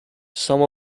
some